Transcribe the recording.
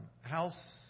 house